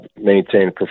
maintain